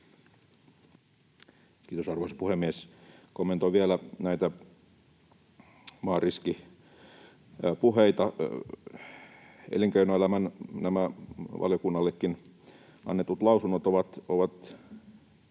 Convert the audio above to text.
Kiitos, arvoisa puhemies! Kommentoin vielä maariskipuheita. Elinkeinoelämän valiokunnallekin antamat lausunnot ovat